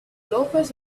loafers